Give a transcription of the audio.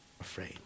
afraid